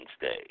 Day